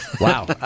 Wow